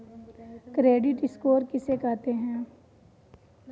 Credit score किसे कहते हैं?